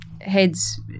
heads